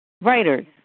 writers